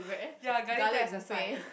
ya garlic bread as a side